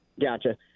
Gotcha